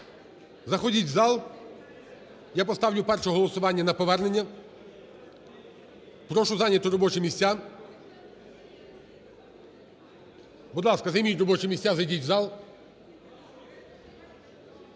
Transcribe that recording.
заходіть в зал, я поставлю перше голосування на повернення. Прошу зайняти робочі місця, будь ласка, займіть робочі місця, зайдіть в зал.